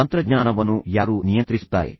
ತಂತ್ರಜ್ಞಾನವನ್ನು ಯಾರು ನಿಯಂತ್ರಿಸುತ್ತಾರೆ